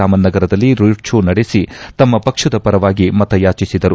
ರಾಮನ್ ನಗರದಲ್ಲಿ road show ನಡೆಸಿ ತಮ್ಮ ಪಕ್ಕದ ಪರವಾಗಿ ಮತಯಾಚಿಸಿದರು